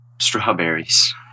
strawberries